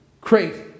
Crazy